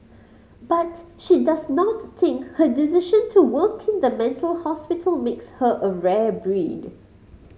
but she does not think her decision to work in the mental hospital makes her a rare breed